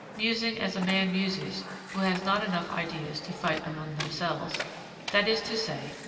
musing as a man muses who has not enough ideas to fight among themselves that is to say,